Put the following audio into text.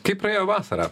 kaip praėjo vasara